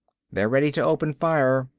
they're ready to open fire,